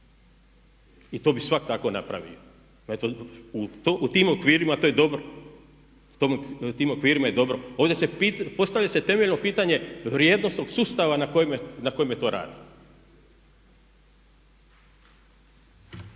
I to bi svakako napravili. U tim okvirima to je dobro, u tim okvirima je dobro. Ovdje se postavlja temeljno pitanje vrijednosnog sustava na kojem je to rađeno.